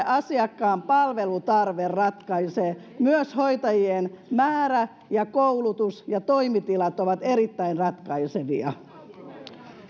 asiakkaan palvelutarve ratkaisee myös hoitajien määrä ja koulutus ja toimitilat ovat erittäin ratkaisevia